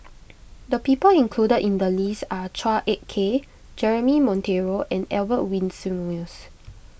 the people included in the list are Chua Ek Kay Jeremy Monteiro and Albert Winsemius